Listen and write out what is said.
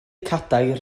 cadair